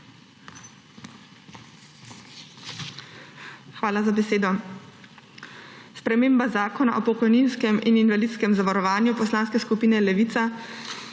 Hvala za besedo. Sprememba Zakona o pokojninskem in invalidskem zavarovanju Poslanske skupine Levica